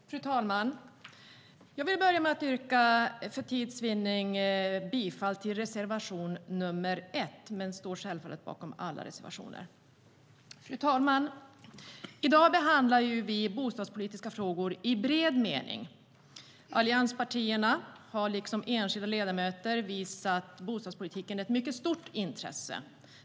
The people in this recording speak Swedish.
Fru talman! Jag vill börja med att för tids vinnande bara yrka bifall till reservation nr 1, men jag står självfallet bakom alla våra reservationer. Fru talman! i dag behandlar vi bostadspolitiska frågor i bred mening. Allianspartierna har liksom enskilda ledamöter visat bostadspolitiken ett mycket stort intresse.